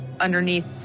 underneath